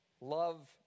Love